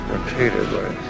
Repeatedly